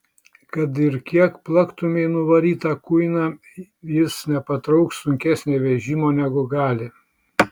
kad ir kiek plaktumei nuvarytą kuiną jis nepatrauks sunkesnio vežimo negu gali